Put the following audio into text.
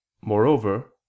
Moreover